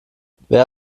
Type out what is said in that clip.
wer